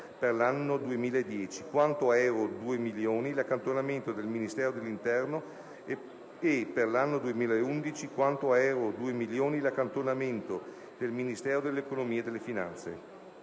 per l'anno 2010, quanto a euro 2.000.000 l'accantonamento del Ministero dell'interno e, per l'anno 2011, quanto a euro 2.000.000 l'accantonamento del Ministero dell'economia e delle finanze.»;